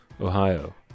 Ohio